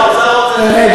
גם שר האוצר רוצה שאני אהיה